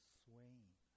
swaying